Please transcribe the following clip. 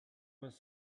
was